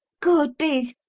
good biz!